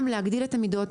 גם להגדיל את המידות,